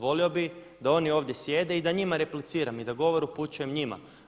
Volio bi da oni ovdje sjede i da njima repliciram i da govor upućujem njima.